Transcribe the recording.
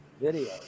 video